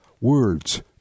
words